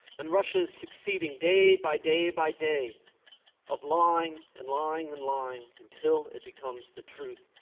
and russia is succeeding day by day by day of lying and lying and lying until it becomes the truth.